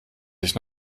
sich